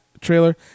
trailer